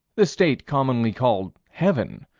the state commonly called heaven,